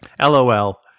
LOL